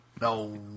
No